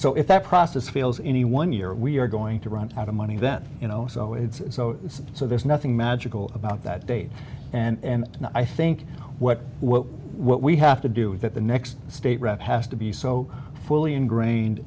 so if that process feels any one year we're going to run out of money then you know so it's so so there's nothing magical about that date and i think what we have to do that the next state rep has to be so fully ingrained